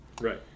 Right